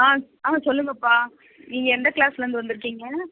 ஆ ஆ சொல்லுங்கப்பா நீங்கள் எந்த க்ளாஸ்லருந்து வந்துருக்கீங்க